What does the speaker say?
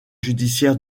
judiciaire